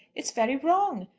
it's very wrong.